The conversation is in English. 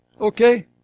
Okay